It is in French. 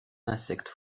insectes